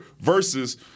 versus